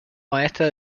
maestra